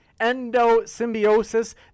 endosymbiosis